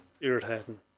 irritating